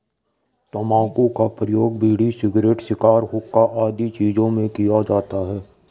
तंबाकू का उपयोग बीड़ी, सिगरेट, शिगार, हुक्का आदि चीजों में किया जाता है